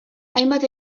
hainbat